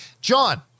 John